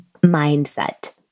mindset